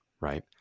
right